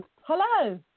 Hello